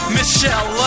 Michelle